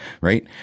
right